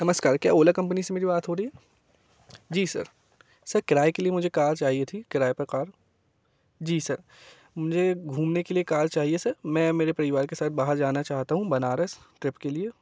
नमस्कार क्या ओला कंपनी से मेरी बात हो रही है जी सर सर किराये के लिए मुझे कार चाहिए थी किराये पर कार जी सर मुझे घूमने के लिए कार चाहिए सर मैं मेरे परिवार के साथ बाहर जाना चाहता हूँ बनारस ट्रिप के लिए